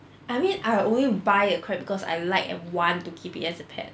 I mean I would only by a crab because I like and want to keep it as a pet